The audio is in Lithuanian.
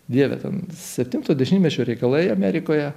dieve ten septinto dešimtmečio reikalai amerikoje